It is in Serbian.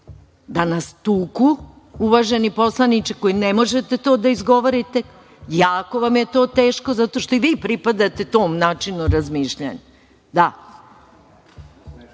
da nas tuku, uvaženi poslaniče, koji ne možete to da izgovorite, jako vam je to teško, zato što i vi pripadate tom načinu razmišljanja.